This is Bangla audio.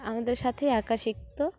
আমাদের সাথেই আঁকা শিখত